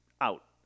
out